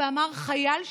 ואמר "חייל שסרח"